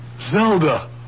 Zelda